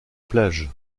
plage